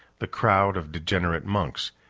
the crowd of degenerate monks,